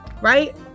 right